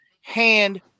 hand